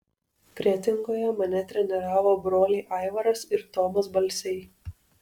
kretingoje mane treniravo broliai aivaras ir tomas balsiai